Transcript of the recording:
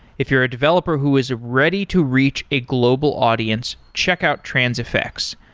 if you're a developer who is ready to reach a global audience, check out transifex.